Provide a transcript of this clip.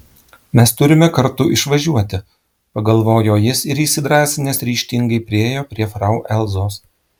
mes turime kartu išvažiuoti pagalvojo jis ir įsidrąsinęs ryžtingai priėjo prie frau elzos